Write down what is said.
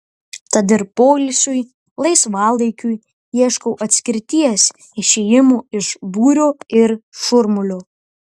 tad ir poilsiui laisvalaikiui ieškau atskirties išėjimo iš būrio ir šurmulio